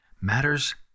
matters